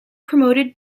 promoted